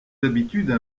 habitudes